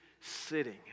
sitting